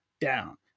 down